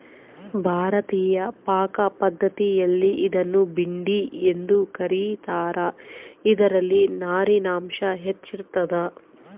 ಭಾರತೀಯ ಪಾಕಪದ್ಧತಿಯಲ್ಲಿ ಇದನ್ನು ಭಿಂಡಿ ಎಂದು ಕ ರೀತಾರ ಇದರಲ್ಲಿ ನಾರಿನಾಂಶ ಹೆಚ್ಚಿರ್ತದ